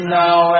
now